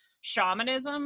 shamanism